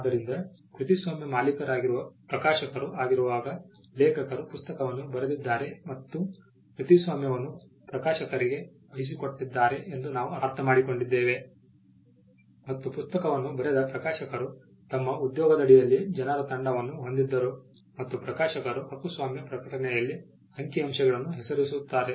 ಆದ್ದರಿಂದ ಕೃತಿಸ್ವಾಮ್ಯ ಮಾಲೀಕರಾಗಿರುವ ಪ್ರಕಾಶಕರು ಆಗಿರುವಾಗ ಲೇಖಕರು ಪುಸ್ತಕವನ್ನು ಬರೆದಿದ್ದಾರೆ ಮತ್ತು ಕೃತಿಸ್ವಾಮ್ಯವನ್ನು ಪ್ರಕಾಶಕರಿಗೆ ಅಥವಾ ಪ್ರಕಾಶಕರಿಗೆ ವಹಿಸಿಕೊಟ್ಟಿದ್ದಾರೆ ಎಂದು ನಾವು ಅರ್ಥಮಾಡಿಕೊಂಡಿದ್ದೇವೆ ಮತ್ತು ಪುಸ್ತಕವನ್ನು ಬರೆದ ಪ್ರಕಾಶಕರು ತಮ್ಮ ಉದ್ಯೋಗದಡಿಯಲ್ಲಿ ಜನರ ತಂಡವನ್ನು ಹೊಂದಿದ್ದರು ಮತ್ತು ಪ್ರಕಾಶಕರು ಹಕ್ಕುಸ್ವಾಮ್ಯ ಪ್ರಕಟಣೆಯಲ್ಲಿ ಅಂಕಿಅಂಶಗಳನ್ನು ಹೆಸರಿಸುತ್ತಾರೆ